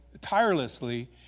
tirelessly